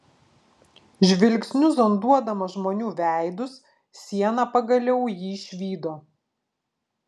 žvilgsniu zonduodama žmonių veidus siena pagaliau jį išvydo